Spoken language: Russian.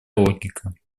логика